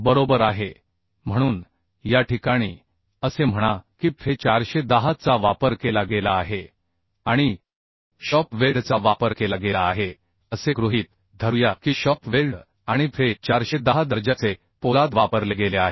बरोबर आहे म्हणून या ठिकाणी असे म्हणा की Fe410 चा वापर केला गेला आहे आणि शॉप वेल्डचा वापर केला गेला आहे असे गृहीत धरूया की शॉप वेल्ड आणि Fe 410 दर्जाचे पोलाद वापरले गेले आहे